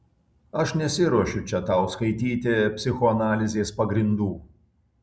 aš nesiruošiu čia tau skaityti psichoanalizės pagrindų